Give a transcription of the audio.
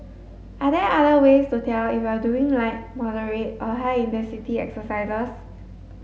are there other ways to tell if you are doing light moderate or high intensity exercise